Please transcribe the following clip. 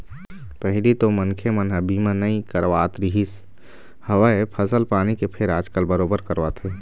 पहिली तो मनखे मन ह बीमा नइ करवात रिहिस हवय फसल पानी के फेर आजकल बरोबर करवाथे